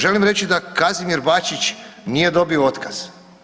Želim reći da Kazimir Bačić nije dobio otkaz.